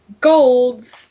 golds